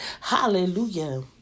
Hallelujah